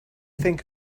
think